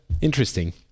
interesting